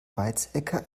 weizsäcker